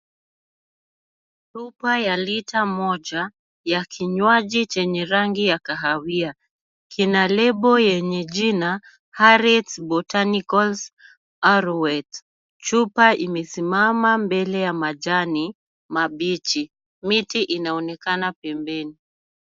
Chupa ya lita moja ya kinywaji chenye rangi ya kahawia kina label yenye jina Harriet Botanicals Arowet . Chupa imesimama mbele ya majani mabichi. Miti inaonekana pembeni.